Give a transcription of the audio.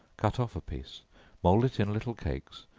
cut off a piece mould it in little cakes,